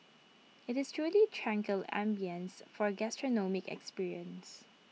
IT is truly tranquil ambience for gastronomic experience